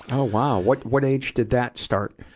oh, wow! what, what age did that start?